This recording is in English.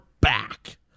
back